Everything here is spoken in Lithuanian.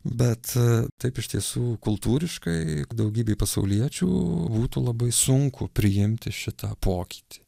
bet taip iš tiesų kultūriškai daugybei pasauliečių būtų labai sunku priimti šitą pokytį